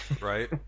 Right